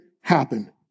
happen